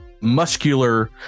muscular